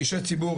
אישי ציבור,